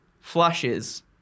flashes